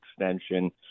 extension